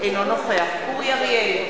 אינו נוכח גלעד ארדן, אינו נוכח אורי אריאל,